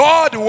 God